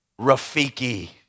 Rafiki